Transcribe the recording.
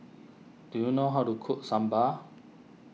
do you know how to cook Sambar